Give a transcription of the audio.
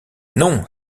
non